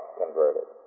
converted